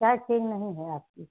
चाय ठीक नहीं है आपकी